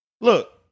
Look